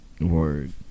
Word